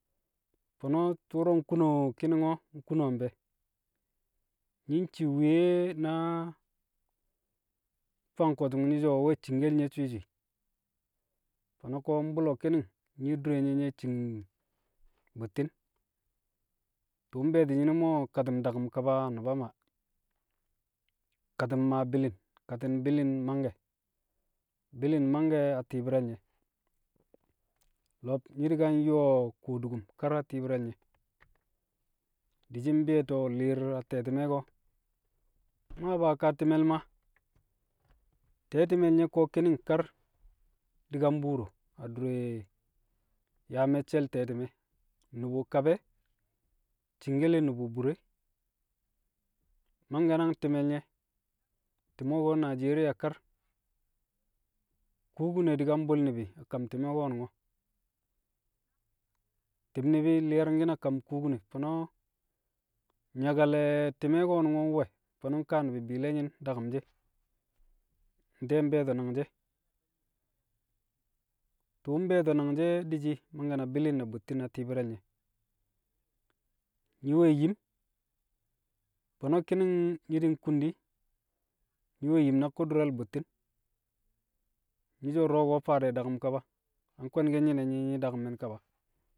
Fo̱no̱ tu̱ro̱ nkuno ki̱ni̱n o̱, nkuno nfe̱? Nyi̱ ncii wuye na fang ko̱su̱ng nyi̱ so̱ wẹ cinkel nye̱ swi̱i̱ swi̱i̱, fo̱no̱ ko̱ mbu̱lo̱ ki̱ni̱ng, nyi̱ dure nyẹ, nye̱ cing bu̱tti̱n, tu̱u̱ mbe̱e̱ti̱ nyi̱nu̱m mo̱ kati̱m daku̱m kaba a Ŋu̱ba Maa, kati̱m maa bi̱li̱ng, kati̱m fo̱no̱ mangke̱. Bi̱li̱n mangke̱ a ti̱i̱bi̱r re̱ nye̱. Lo̱b nyi̱ di̱ ka nyo̱o̱ kwodukum kar a ti̱i̱bi̱r re̱ nye̱. Di̱shi̱ be̱e̱to̱ li̱i̱r a te̱ti̱me̱ ko̱. Maa bu̱ a kaa ti̱me̱l Maa, te̱ti̱me̱l nye̱ ko̱ ki̱ni̱n kar di̱ ka mbuuro adure yaa me̱cce̱l te̱ti̱me̱, nu̱bu̱ kab e̱ cingkele nu̱bu̱ bur e. Mangke̱ nang ti̱me̱l nye̱. Ti̱me̱ ko̱ Najeriya kar, kubine di̱ ka mbu̱l ni̱bi̱ a kam ti̱mẹ ko̱nu̱ngo̱. Ti̱b ni̱bi̱ li̱ye̱ri̱nki̱n a kam kubine, ko̱no̱ nyaka le̱ ti̱mẹ ko̱ we̱, fo̱no̱ nkaa ni̱bi̱ bi̱lẹyi̱n daku̱m shi̱. Nte̱e̱ mbe̱e̱to̱ nangshi̱ e̱? Tṵṵ mbe̱e̱to̱ nangshi̱ e̱ di̱shi̱ mangke̱ na bi̱li̱ng ne̱ bu̱tti̱n a ti̱i̱bi̱re̱l nye̱. Nyi̱ we̱ yim fo̱no̱ ki̱ni̱ng nyi̱ di̱ nkun di̱, nyi̱ yim na ku̱ddu̱re̱l bu̱tti̱n, nyi̱ so̱ du̱ro̱ faa dẹ daku̱m kaba, yang kwe̱nki̱n nyi̱ne̱, nyi̱ daku̱mmi̱n kaba?